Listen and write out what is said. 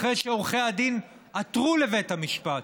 אחרי שעורכי הדין עתרו לבית המשפט,